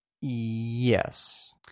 Yes